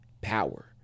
power